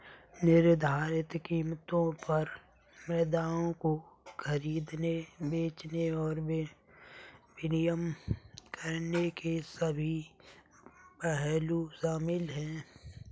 निर्धारित कीमतों पर मुद्राओं को खरीदने, बेचने और विनिमय करने के सभी पहलू शामिल हैं